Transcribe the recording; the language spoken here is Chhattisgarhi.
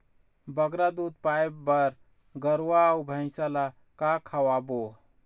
बगरा दूध पाए बर गरवा अऊ भैंसा ला का खवाबो?